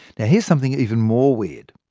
now here's something even more weird.